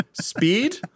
Speed